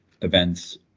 events